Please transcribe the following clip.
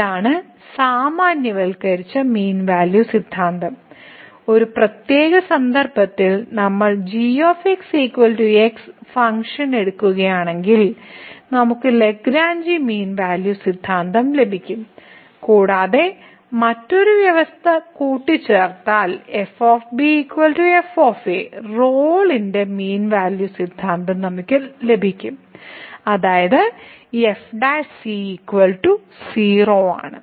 ഇതാണ് സാമാന്യവൽക്കരിച്ച mean value സിദ്ധാന്തം ഒരു പ്രത്യേക സന്ദർഭത്തിൽ നമ്മൾ g x ഫംഗ്ഷൻ എടുക്കുകയാണെങ്കിൽ നമുക്ക് ലഗ്രാഞ്ചി മീൻ വാല്യൂ സിദ്ധാന്തം ലഭിക്കും കൂടാതെ മറ്റൊരു വ്യവസ്ഥ കൂടി ചേർത്താൽ f f റോളിന്റെ മീൻ വാല്യൂ സിദ്ധാന്തം നമുക്ക് ലഭിക്കും അത് f 0 ആണ്